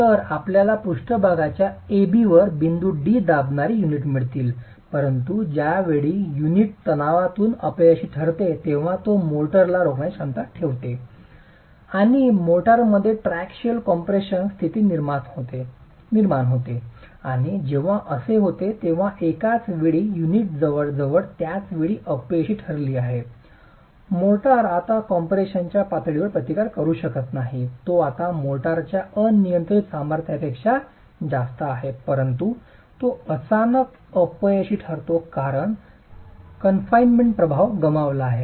तर आपल्याला पृष्ठभागाच्या A B वर बिंदू D दाबणारी युनिट मिळतील परंतु ज्या वेळी युनिट तणावातून अपयशी ठरते तेव्हा तो मोर्टारला रोखण्याची क्षमता ठेवते आणि मोर्टारमध्ये ट्रायसिकियल कॉम्प्रेशनची स्थिती निर्माण होते आणि जेव्हा असे होते तेव्हा एकाच वेळी युनिट जवळजवळ त्याच वेळी अपयशी ठरली आहे मोर्टार आता कॉन्ट्रेशनच्या पातळीवर प्रतिकार करू शकत नाही तो आता मोर्टारच्या अनियंत्रित सामर्थ्यापेक्षा जास्त आहे परंतु तो अचानक अपयशी ठरतो कारण कनफाईंडमेंट प्रभाव गमावला आहे